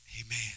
amen